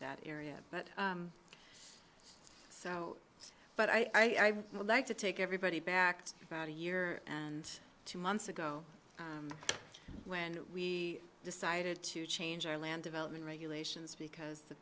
that area but so but i would like to take everybody back to about a year and two months ago when we decided to change our land development regulations because